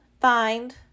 find